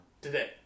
Today